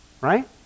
right